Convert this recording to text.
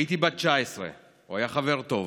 הייתי בת 19. הוא היה חבר טוב.